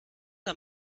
der